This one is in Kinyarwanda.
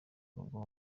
nubwo